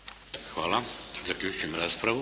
Hvala. Zaključujem raspravu.